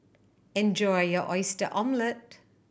enjoy your Oyster Omelette